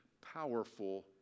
powerful